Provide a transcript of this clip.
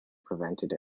prevented